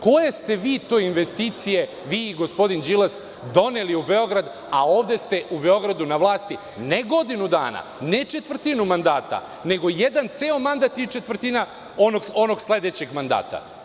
Koje ste vi to investicije vi i gospodin Đilas doneli u Beograd, a ovde ste u Beogradu na vlasti, ne godinu dana, ne četvrtinu mandata, nego jedan ceo mandat i četvrtina onog sledećeg mandata.